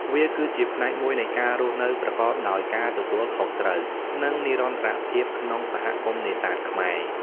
វាគឺជាផ្នែកមួយនៃការរស់នៅប្រកបដោយការទទួលខុសត្រូវ និងនិរន្តរភាពក្នុងសហគមន៍នេសាទខ្មែរ។